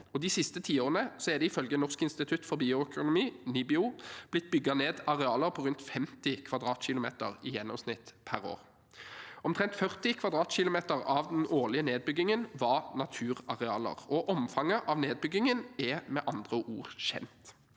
De siste tiårene er det ifølge Norsk institutt for bioøkonomi, NIBIO, blitt bygget ned arealer på rundt 50 km² i gjennomsnitt per år. Omtrent 40 km² av den årlige nedbyggingen var naturarealer. Omfanget av nedbyggingen er med andre ord kjent.